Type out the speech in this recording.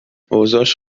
اوضاش